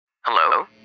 Hello